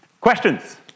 Questions